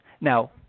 Now